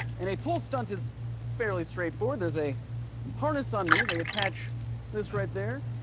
and a pull stunt is fairly straight-forward. there's a harness on me, they attach this right there,